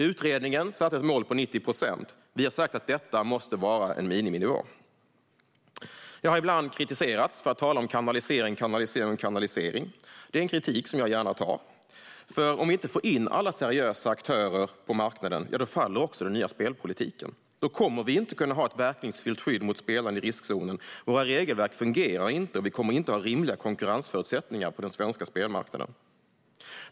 Utredningen satte ett mål på 90 procent, men vi har sagt att detta måste vara en miniminivå. Jag har ibland kritiserats för att ha talat om kanalisering, kanalisering och kanalisering. Det är en kritik som jag gärna tar, för om vi inte får in alla seriösa aktörer på marknaden faller också den nya spelpolitiken. Då kommer vi inte att ha ett verkningsfullt skydd mot spelande i riskzonen, våra regelverk kommer inte att fungera och inte heller kommer vi att ha rimliga konkurrensförutsättningar på den svenska spelmarknaden.